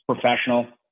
professional